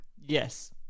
Yes